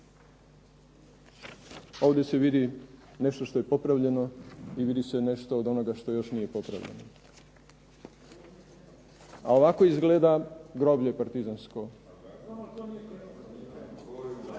Ovdje se vidi nešto što je popravljeno i vidi se nešto od onoga što još nije popravljeno. A ovako izgleda groblje partizansko.